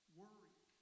worry